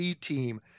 team